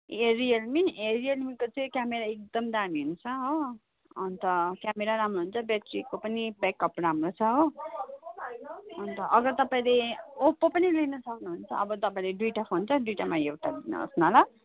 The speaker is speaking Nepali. ए रियलमी ए रियलमीको चाहिँ क्यामेरा एकदम दामी हुन्छ हो अन्त क्यामेरा राम्रो हुन्छ ब्याट्रीको पनि ब्याकप राम्रो छ हो अन्त अगर तपाईँले ओप्पो पनि लिनु सक्नुहुन्छ अब तपाईँले दुइटा फोन छ दुइटामा एउटा लिनुहोस् न ल